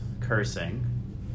cursing